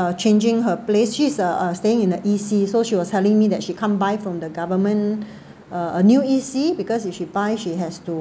uh changing her place she's uh uh staying in the E_C so she was telling me that she can't buy from the government uh a new E_C because if she buy she has to